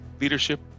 leadership